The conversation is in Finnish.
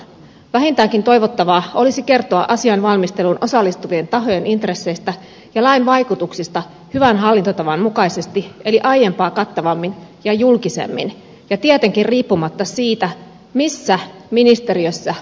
vähintäänkin toivottavaa olisi kertoa asian valmisteluun osallistuvien tahojen intresseistä ja lain vaikutuksista hyvän hallintotavan mukaisesti eli aiempaa kattavammin ja julkisemmin ja tietenkin riippumatta siitä missä ministeriössä virkamiestyö tehdään